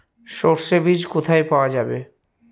সর্ষে বিজ কোথায় পাওয়া যাবে?